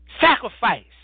sacrifice